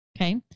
Okay